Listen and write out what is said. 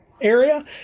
area